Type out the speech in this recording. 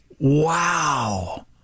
Wow